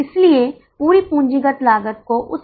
अब बीईपी का सूत्र क्या है